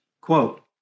Quote